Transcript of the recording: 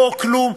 לא כלום,